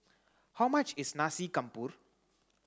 how much is Nasi Campur